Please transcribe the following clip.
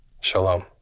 Shalom